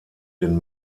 den